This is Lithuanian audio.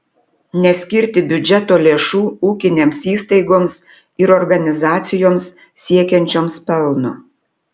neskirti biudžeto lėšų ūkinėms įstaigoms ir organizacijoms siekiančioms pelno